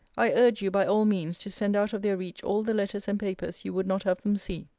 i urge you by all means to send out of their reach all the letters and papers you would not have them see.